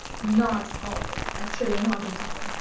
not always, actually, not at all.